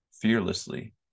fearlessly